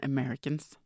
Americans